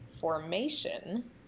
formation